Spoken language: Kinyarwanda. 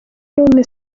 none